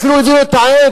אפילו הביא לו את העט,